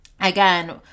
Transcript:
Again